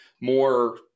more